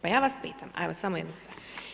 Pa ja vas pitam, evo samo jednu stvar.